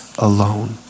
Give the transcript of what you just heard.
alone